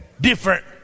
different